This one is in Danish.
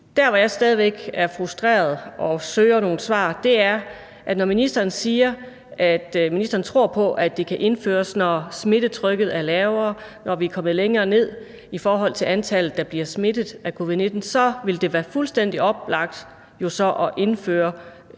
Der, hvor jeg stadig væk er frustreret og søger nogle svar, er, når ministeren siger, at ministeren tror på, at det kan indføres, når smittetrykket er lavere og vi er kommet længere ned i forhold til antallet, der bliver smittet med covid-19, og at så vil det være fuldstændig oplagt at indføre